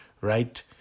right